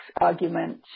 argument